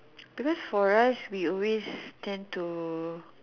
because for us we always tend to